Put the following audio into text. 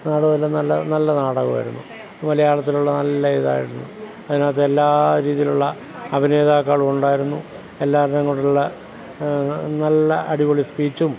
നാടകം എല്ലാം നല്ല നല്ല നാടകം ആയിരുന്നു മലയാളത്തിലുള്ള നല്ല ഇതായിരുന്നു അതിനകത്ത് എല്ലാ രീതിയിലുള്ള അഭിനേതാക്കളും ഉണ്ടായിരുന്നു എല്ലാവരുടേയും കൂടെ ഉള്ള നല്ല അടിപൊളി സ്പീച്ചും